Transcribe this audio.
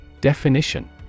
Definition